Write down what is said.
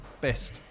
best